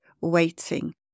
waiting